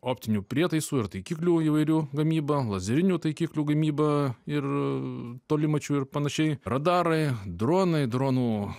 optinių prietaisų ir taikiklių įvairių gamyba lazerinių taikiklių gamyba ir tolimačių ir panašiai radarai dronai dronų